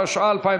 בעד